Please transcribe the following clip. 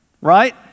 right